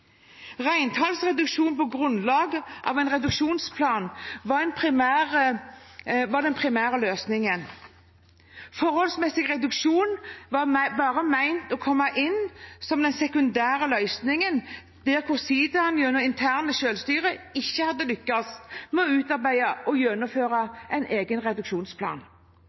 Reintallsreduksjon på grunnlag av en reduksjonsplan var den primære løsningen. Forholdsmessig reduksjon var bare ment å komme inn som en sekundær løsning der sidaen gjennom internt selvstyre ikke hadde lyktes med å utarbeide og gjennomføre en egen reduksjonsplan.